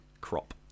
crop